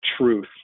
truth